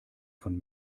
von